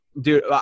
dude